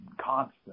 constant